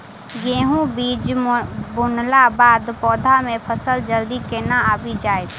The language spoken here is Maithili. गेंहूँ बीज बुनला बाद पौधा मे फसल जल्दी केना आबि जाइत?